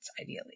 ideally